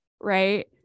Right